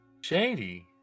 Shady